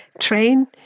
train